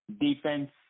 Defense